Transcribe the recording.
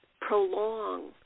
prolong